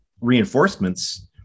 reinforcements